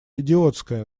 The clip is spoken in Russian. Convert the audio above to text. идиотская